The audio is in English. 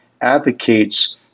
advocates